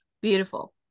Beautiful